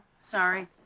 sorry